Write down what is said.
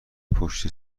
پشت